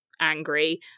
angry